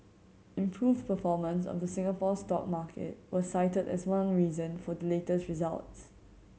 improved performance of the Singapore stock market was cited as one reason for the latest results